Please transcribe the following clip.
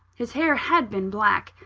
his hair had been black,